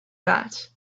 that